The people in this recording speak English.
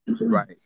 Right